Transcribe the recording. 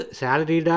salary